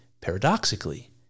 paradoxically